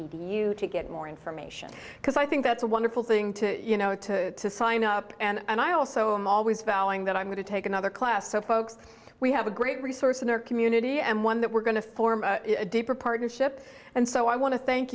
edu to get more information because i think that's a wonderful thing to you know to sign up and i also i'm always vowing that i'm going to take another class so folks we have a great resource in our community and one that we're going to form a deeper partnership and so i want to thank